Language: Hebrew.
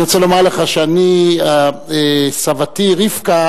אני רוצה לומר לך שסבתי רבקה,